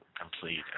Complete